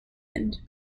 end